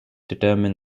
determined